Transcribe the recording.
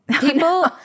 People